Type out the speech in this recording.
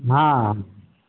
হ্যাঁ